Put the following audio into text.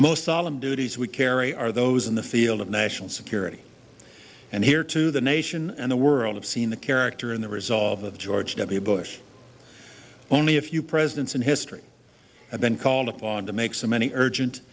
the most solemn duties we carry are those in the field of national security and here to the nation and the world have seen the character and the resolve of george w bush only a few presidents in history have been called upon to make so many urgent